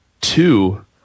Two